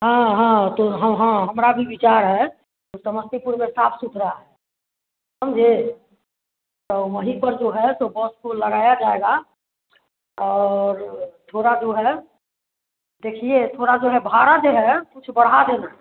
हाँ हाँ तो हम हाँ हमारा भी विचार है तो समस्तीपुर में साफ सुथरा है समझें तो वहीं पर जो है सो बस को लगाया जाएगा और थोड़ा जो है देखिए थोड़ा जो है भाड़ा जो है कुछ बढ़ा देना